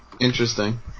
interesting